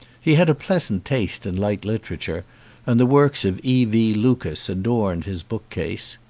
he had a pleasant taste in light literature and the works of e. v. lucas adorned his book-case.